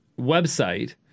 website